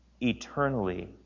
eternally